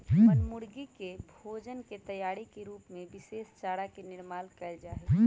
बनमुर्गी के भोजन के तैयारी के रूप में विशेष चारा के निर्माण कइल जाहई